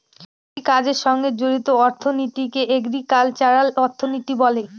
কৃষিকাজের সঙ্গে জড়িত অর্থনীতিকে এগ্রিকালচারাল অর্থনীতি বলে